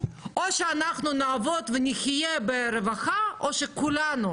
או שאנחנו נעבוד ונחיה ברווחה או שכולנו,